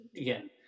again